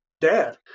dad